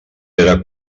era